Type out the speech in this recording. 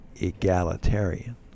egalitarian